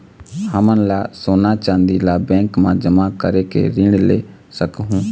हमन का सोना चांदी ला बैंक मा जमा करके ऋण ले सकहूं?